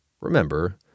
remember